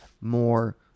more